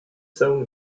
zone